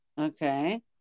Okay